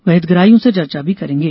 वे हितग्राहियों से चर्चा भी करेंगे